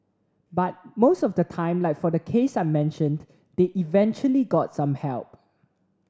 but most of the time like for the case I mentioned they eventually got some help